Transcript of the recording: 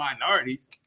minorities